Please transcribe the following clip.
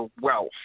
wealth